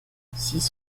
six